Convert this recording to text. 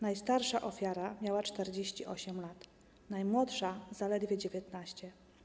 Najstarsza ofiara miała 48 lat, najmłodsza zaledwie 19.